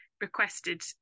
requested